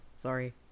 Sorry